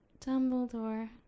Dumbledore